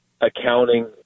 accounting